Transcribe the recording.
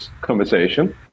conversation